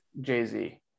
Jay-Z